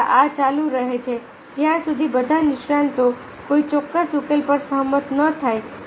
છેલ્લે આ ચાલુ રહે છે જ્યાં સુધી બધા નિષ્ણાતો કોઈ ચોક્કસ ઉકેલ પર સહમત ન થાય